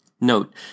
Note